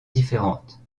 différente